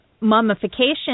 mummification